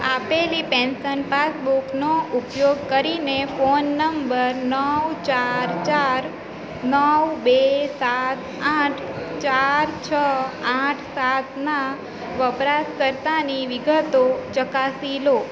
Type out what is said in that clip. આપેલી પેન્શન પાસબુકનો ઉપયોગ કરીને ફોન નંબર નવ ચાર ચાર નવ બે સાત આઠ ચાર છ આઠ સાતના વપરાશકર્તાની વિગતો ચકાસી લો